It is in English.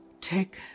Take